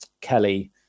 Kelly